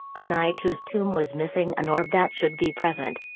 a knight whose tomb was missing an orb that should be present.